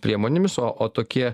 priemonėmis o o tokie